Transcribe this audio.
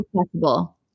accessible